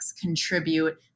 contribute